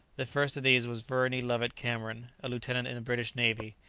the first of these was verney lovett cameron, a lieutenant in the british navy.